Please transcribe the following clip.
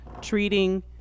treating